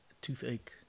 toothache